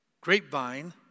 grapevine